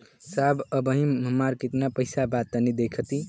साहब अबहीं हमार कितना पइसा बा तनि देखति?